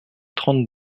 trente